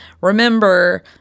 remember